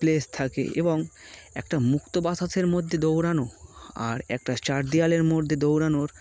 place থাকে এবং একটা মুক্ত বাতাসের মধ্যে দৌড়ানো আর একটা চারদওয়ালের মধ্যে দৌড়ানোর